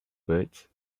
birds